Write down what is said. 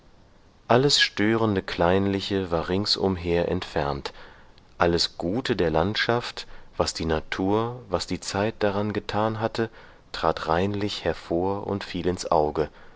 alles störende kleinliche war ringsumher entfernt alles gute der landschaft was die natur was die zeit daran getan hatte trat reinlich hervor und fiel ins auge